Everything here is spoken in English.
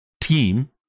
team